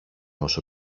όσο